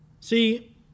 See